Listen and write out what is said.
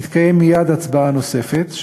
תתקיים מייד הצבעה נוספת,